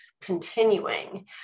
continuing